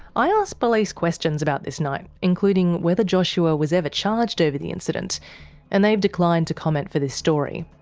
i asked police questions about this night including whether joshua was ever charged over the incident and they've declined to comment for this story.